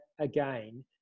again